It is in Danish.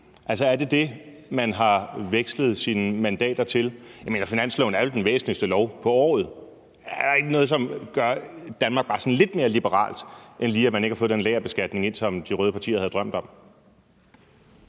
det? Er det det, man har vekslet sine mandater til? Finansloven er vel den væsentligste lov i året. Er der ikke noget, som gør Danmark bare sådan lidt mere liberalt end lige, at man ikke har fået den lagerbeskatning ind, som de røde partier havde drømt om?